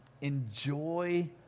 enjoy